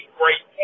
great